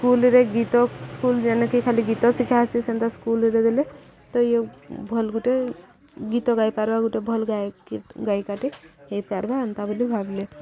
ସ୍କୁଲରେ ଗୀତ ସ୍କୁଲ ଯେନେକେ ଖାଲି ଗୀତ ଶିଖା ହେସି ସେନ୍ତା ସ୍କୁଲରେ ଦେଲେ ତ ଇଏ ଭଲ ଗୁଟେ ଗୀତ ଗାଇପାର୍ବା ଗୋଟେ ଭଲ ଗାୟକ ଗାୟିକାଟେ ହେଇପାର୍ବା ହେନ୍ତା ବୋଲି ଭାବିଲେ